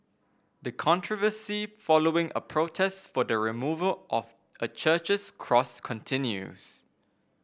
the controversy following a protest for the removal of a church's cross continues